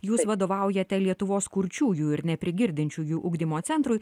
jūs vadovaujate lietuvos kurčiųjų ir neprigirdinčiųjų ugdymo centrui